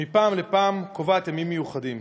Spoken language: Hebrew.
שמפעם לפעם קובעת ימים מיוחדים.